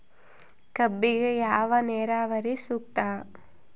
ಕಬ್ಬಿಗೆ ಯಾವ ನೇರಾವರಿ ಸೂಕ್ತ?